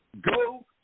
go